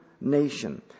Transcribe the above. nation